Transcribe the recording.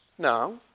Now